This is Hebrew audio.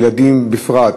בקרב ילדים בפרט,